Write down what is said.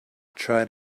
tried